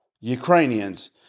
Ukrainians